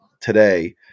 today